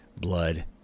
blood